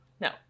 no